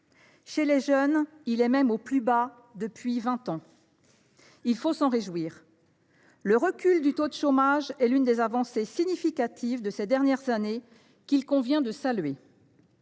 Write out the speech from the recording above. Chez les jeunes, il est même au plus bas niveau depuis vingt ans. Il faut s’en réjouir. Le recul du taux de chômage est l’une des avancées significatives de ces dernières années qu’il convient de saluer.